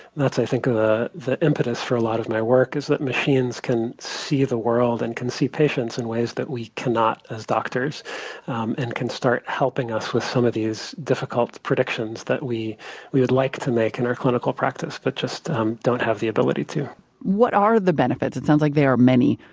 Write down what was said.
that's, i think, ah the impetus for a lot of my work is that machines can see the world and can see patients in ways that we cannot as doctors and can start helping us with some of these difficult predictions that we we would like to make in our clinical practice but just don't have the ability to what are the benefits? it sounds like there are many.